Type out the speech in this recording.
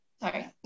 Sorry